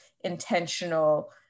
intentional